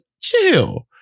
chill